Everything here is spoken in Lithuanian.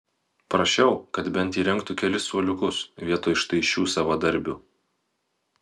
prašiau kad bent įrengtų kelis suoliukus vietoj štai šių savadarbių